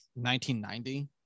1990